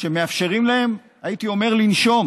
שמאפשרים להם, הייתי אומר, לנשום,